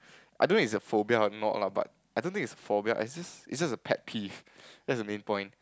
I don't know it's a phobia or not lah but I don't think it's a phobia it's just it's just a pet peeve that's the main point